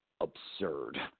absurd